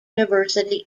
university